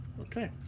Okay